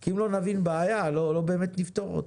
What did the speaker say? כי אם לא נבין בעיה אנחנו לא באמת נפתור אותה.